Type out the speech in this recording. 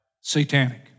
satanic